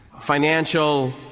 financial